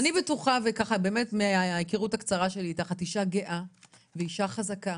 אני בטוחה ככה מההיכרות הקצרה שלי איתך שאת אישה גאה ואשה חזקה